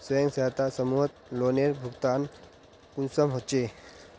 स्वयं सहायता समूहत लोनेर भुगतान कुंसम होचे?